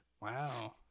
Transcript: Wow